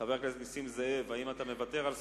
חבר הכנסת נסים זאב, האם אתה מוותר על זכותך?